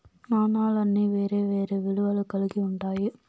నాణాలన్నీ వేరే వేరే విలువలు కల్గి ఉంటాయి